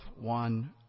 one